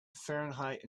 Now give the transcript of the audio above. fahrenheit